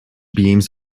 beams